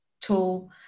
tool